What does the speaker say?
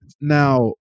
Now